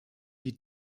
die